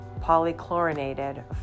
polychlorinated